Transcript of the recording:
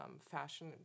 fashion